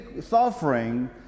suffering